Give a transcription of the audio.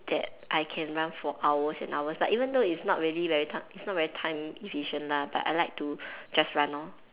that I can run for hours and hours but even though it's not really very time it's not very time efficient lah but I like to just run lor